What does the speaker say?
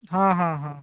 ହଁ ହଁ ହଁ